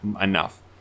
enough